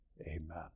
amen